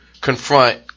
confront